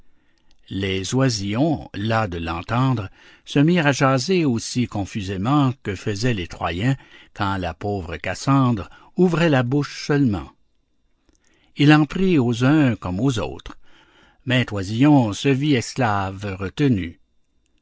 les oisillons las de l'entendre se mirent à jaser aussi confusément que faisaient les troyens quand la pauvre cassandre ouvrait la bouche seulement il en prit aux uns comme aux autres maint oisillon se vit esclave retenu